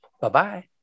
Bye-bye